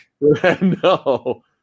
No